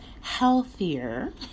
healthier